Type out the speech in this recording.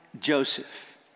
Joseph